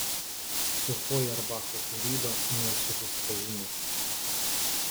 su fojerbacho kūryba nesu susipažinęs